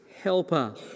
helper